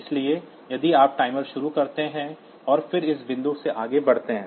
इसलिए यदि आप टाइमर शुरू करते हैं और फिर उस बिंदु से आगे बढ़ते हैं